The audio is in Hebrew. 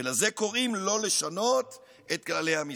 ולזה קוראים "לא לשנות את כללי המשחק".